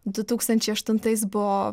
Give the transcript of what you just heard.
du tūkstančiai aštuntais buvo